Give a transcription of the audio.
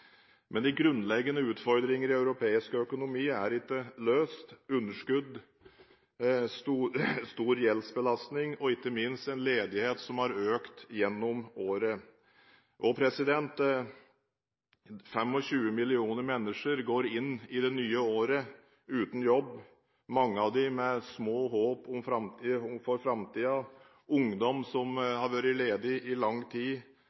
Men de grunnleggende utfordringer i europeisk økonomi er ikke løst, med underskudd, stor gjeldsbelastning og ikke minst en ledighet som har økt gjennom året. 25 millioner mennesker går inn i det nye året uten jobb, mange av dem med små håp for framtiden – ungdom som har vært ledige i lang tid,